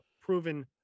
proven